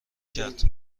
کرد